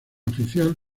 oficial